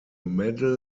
medal